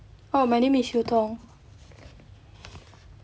oh my name is hue tong